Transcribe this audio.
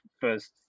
first